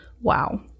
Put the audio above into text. wow